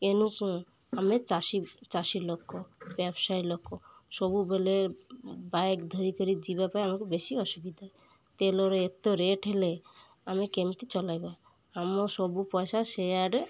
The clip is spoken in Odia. ଏନୁ ଆମେ ଚାଷୀ ଚାଷୀ ଲୋକ ବ୍ୟବସାୟୀ ଲୋକ ସବୁବେଳେ ବାଇକ୍ ଧରିକରି ଯିବା ପାଇଁ ଆମକୁ ବେଶି ଅସୁବିଧା ତେଲର ଏତେ ରେଟ୍ ହେଲେ ଆମେ କେମିତି ଚଲାଇବା ଆମ ସବୁ ପଇସା ସେୟାଡ଼େ